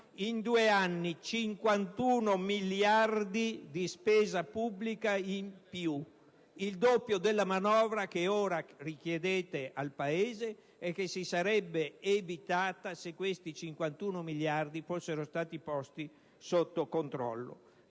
In due anni, 51 miliardi di spesa pubblica in più, il doppio della manovra che ora richiedete al Paese, e che si sarebbe evitata se questi 51 miliardi fossero stati posti sotto controllo.